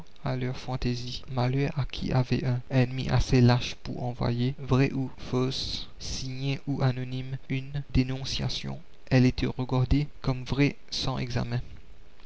à leur fantaisie malheur à qui avait un ennemi assez lâche pour envoyer vraie ou fausse signée ou anonyme une dénonciation elle était regardée comme vraie sans examen